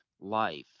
life